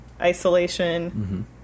isolation